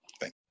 Thank